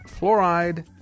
fluoride